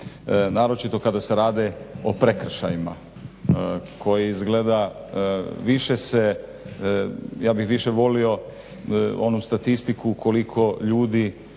naročito kada se rade o prekršajima koji izgleda više se, ja bih više volio onu statistiku koliko ljudi